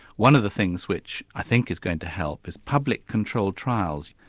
one of the things which i think is going to help is public controlled trials.